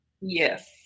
Yes